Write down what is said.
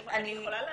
-- אני יכולה להעיר?